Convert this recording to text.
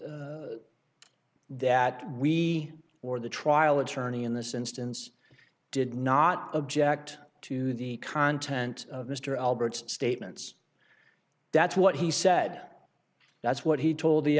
that we or the trial attorney in this instance did not object to the content of mr albert statements that's what he said that's what he told the